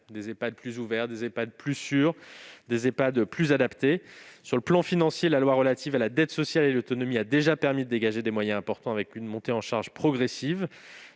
des Ehpad plus ouverts, des Ehpad plus sûrs, des Ehpad plus adaptés. Sur le plan financier, la loi du 7 août 2020 relative à la dette sociale et à l'autonomie a déjà permis de dégager des moyens importants, avec une montée en charge progressive.